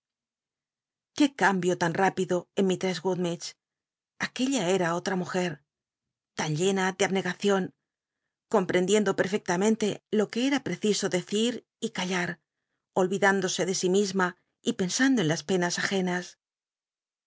qué cambio tanr ípido en mishess gummidge nquella era oll'a mujer l m llenn de abncgacion com rendicndo perfectamente lo que cra preciso decir y callar olvidándose de si misma y pensando en las penas agenas